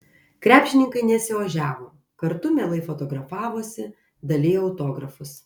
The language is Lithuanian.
krepšininkai nesiožiavo kartu mielai fotografavosi dalijo autografus